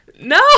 No